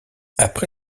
après